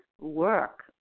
work